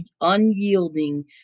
unyielding